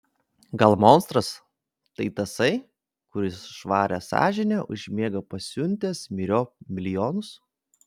gal monstras tai tasai kuris švaria sąžine užmiega pasiuntęs myriop milijonus